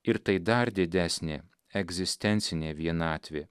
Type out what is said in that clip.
ir tai dar didesnė egzistencinė vienatvė